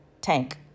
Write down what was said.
tank